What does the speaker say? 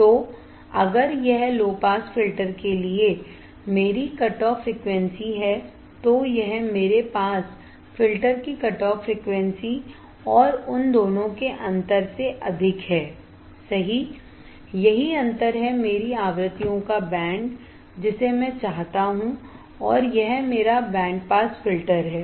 तो अगर यह लो पास फिल्टर के लिए मेरी कटऑफ फ्रीक्वेंसी है तो यह मेरे पास फिल्टर की कटऑफ फ्रीक्वेंसी और उन दोनों के अंतर से से अधिक है सही यही अंतर है मेरी आवृत्तियों का बैंड जिसे मैं चाहता हूं और यह मेरा बैंड पास फिल्टर है